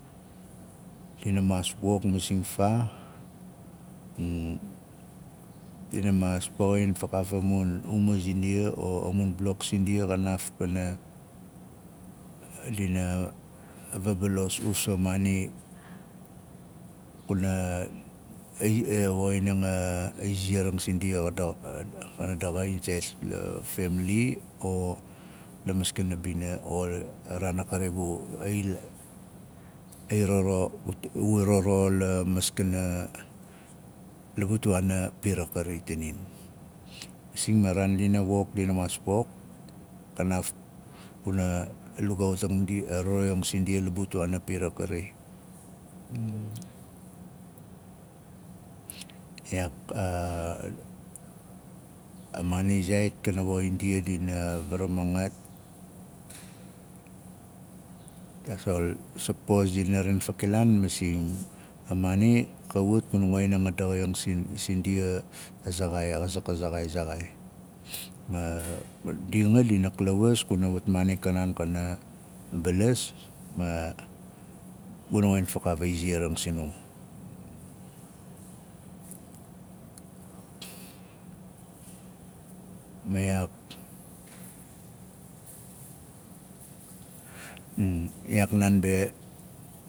Dina maas pok masing faa dina maas poxin fakaaf a uma zindia o a mun blok sindia xanaaf pana a dina vabalos usfa maana kana izia a- a woxining a- a aiziaring sindia xa na da- xana daxa insaait la femali o la maskana bina ol- a raan gui ai- ai roro o gu i roro la maskana la butuaana pira a kari tanin. Masing a raan al- wok dina maas pok kanaaf pana a lugaaut a ndia la butuaana pira yak kari iyaak aa- a- a maan zaait kana woxin ndia dina vara mangat taasol sapos dina ren fakilaan masing a maana ka wat kuna woxining a saxaing sindia a- a zaxai xa zak a zaxai zaxai ma ndia nanga ndina klawas kuna a wat maana a kanaan kana balas ma guna woxin fakaaf a iziaring sinum ma iyaak iyaak naan be.